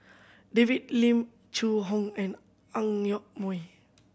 David Lim Zhu Hong and Ang Yoke Mooi